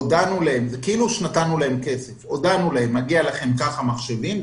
הודענו להם כאילו נתנו להם כסף שמגיע להם כך וכך מחשבים,